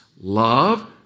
Love